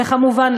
וכמובן,